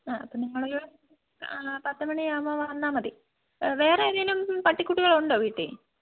ആ അപ്പോൾ നിങ്ങളൊരു പത്ത് മണി ആകുമ്പോൾ വന്നാൽ മതി വേറെ ഏതെങ്കിലും പട്ടിക്കുട്ടികൾ ഉണ്ടോ വീട്ടിൽ